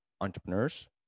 entrepreneurs